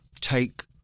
take